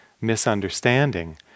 misunderstanding